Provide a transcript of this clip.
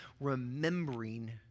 remembering